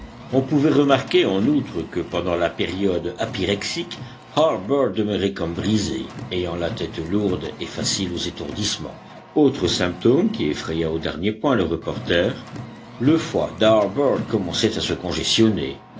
on pouvait remarquer en outre que pendant la période apyrexique harbert demeurait comme brisé ayant la tête lourde et facile aux étourdissements autre symptôme qui effraya au dernier point le reporter le foie d'harbert commençait à se congestionner